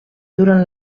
durant